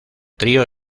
trío